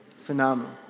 phenomenal